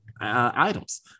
items